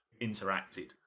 interacted